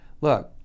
look